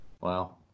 wow